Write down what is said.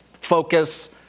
focus